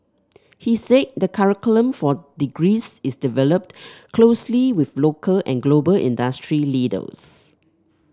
he said the curriculum for degrees is developed closely with local and global industry leaders